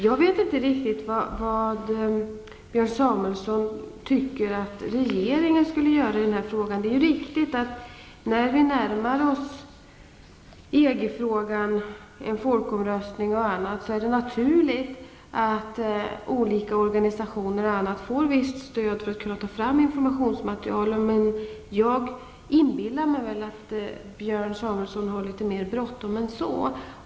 Jag vet inte riktigt vad Björn Samuelson tycker att regeringen skall göra i den här frågan. Det är riktigt att vi nu närmar oss en folkomröstning i EG-frågan. Då är det naturligt att olika organisationer och andra får visst stöd för att kunna ta fram informationsmaterial. Men jag inbillar mig att Björn Samuelson har litet mer bråttom än så.